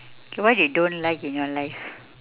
okay what you don't like in your life